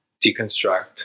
deconstruct